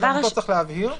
שגם אותו צריך להבהיר.